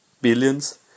billions